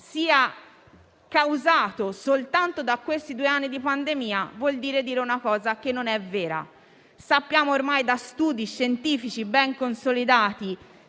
sia causato soltanto da questi due anni di pandemia equivale ad affermare una cosa che non è vera. Sappiamo ormai da studi scientifici ben consolidati